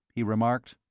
he remarked.